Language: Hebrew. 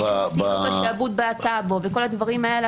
אישור סילוק השעבוד בטאבו וכל הדברים האלה.